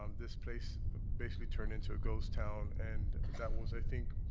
um this place basically turned into a ghost town, and that was, i think